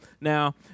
now